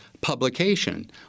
publication